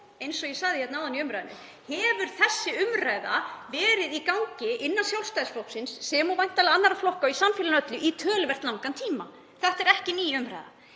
eins og ég sagði áðan, hefur þessi umræða verið í gangi innan Sjálfstæðisflokksins, sem og væntanlega annarra flokka og í samfélaginu öllu, í töluvert langan tíma. Þetta er ekki ný umræða.